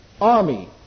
army